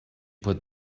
put